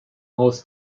haus